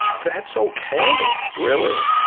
that's okay, really.